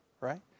right